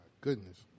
goodness